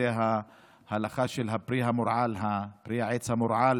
זו ההלכה של פרי העץ המורעל,